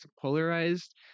polarized